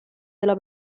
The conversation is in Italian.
della